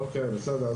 אוקיי, בסדר.